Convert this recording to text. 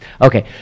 Okay